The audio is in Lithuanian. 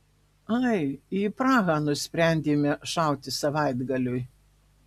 ai į prahą nusprendėme šauti savaitgaliui